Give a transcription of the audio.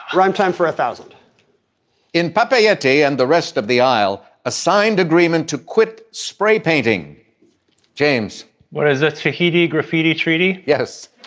primetime for a thousand in papay a day and the rest of the aisle. a signed agreement to quit spray painting james whereas ah shahidi graffiti treaty. yes